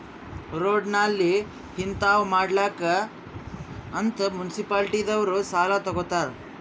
road, ನಾಲಿ ಹಿಂತಾವ್ ಮಾಡ್ಲಕ್ ಅಂತ್ ಮುನ್ಸಿಪಾಲಿಟಿದವ್ರು ಸಾಲಾ ತಗೊತ್ತಾರ್